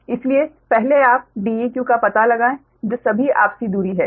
इसलिए पहले आप Deq का पता लगाएं जो सभी आपसी दूरी है